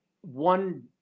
one